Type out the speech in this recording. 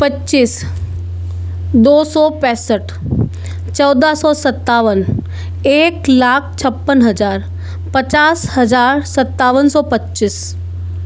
पच्चीस दो सौ पैसठ चौदह सौ सत्तावन एक लाख छप्पन हजार पचास हजार सत्तावन सौ पच्चीस